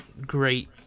great